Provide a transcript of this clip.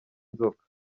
nzoka